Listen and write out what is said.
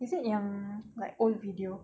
is it yang like old video